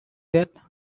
that